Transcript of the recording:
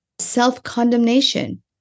self-condemnation